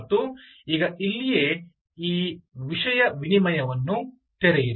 ಮತ್ತು ಈಗ ಇಲ್ಲಿಯೇ ವಿಷಯ ವಿನಿಮಯವನ್ನು ತೆರೆಯಿರಿ